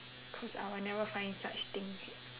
cause I would never find such things